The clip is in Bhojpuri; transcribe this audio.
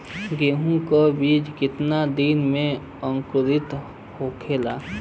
गेहूँ के बिज कितना दिन में अंकुरित होखेला?